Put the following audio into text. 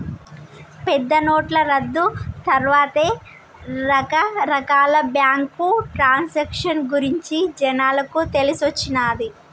పెద్దనోట్ల రద్దు తర్వాతే రకరకాల బ్యేంకు ట్రాన్సాక్షన్ గురించి జనాలకు తెలిసొచ్చిన్నాది